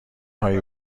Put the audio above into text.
هایی